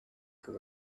they